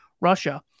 Russia